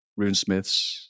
runesmiths